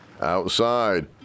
outside